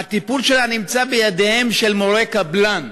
הטיפול שלה נמצא בידיהם של מורי קבלן.